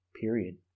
period